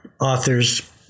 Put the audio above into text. authors